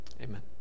amen